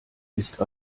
ist